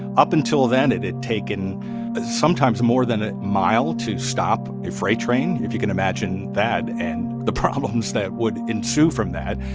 up until then, it had taken sometimes more than a mile to stop a freight train, if you can imagine that and the problems that would ensue from that.